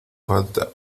falta